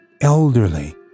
Elderly